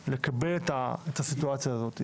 לקבל את הסיטואציה הזו,